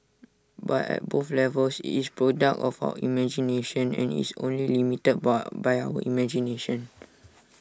but at both levels IT is product of our imagination and IT is only limited boy by our imagination